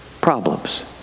problems